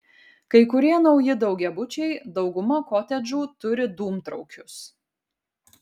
kai kurie nauji daugiabučiai dauguma kotedžų turi dūmtraukius